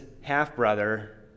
half-brother